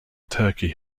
turkey